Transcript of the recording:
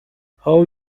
how